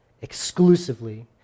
exclusively